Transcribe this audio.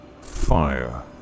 Fire